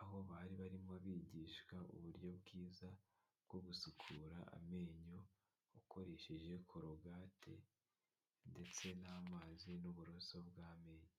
aho bari barimo bigishwa uburyo bwiza bwo gusukura amenyo ukoresheje korogate ndetse n'amazi n'uburoso bw'amenyo.